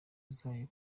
zayo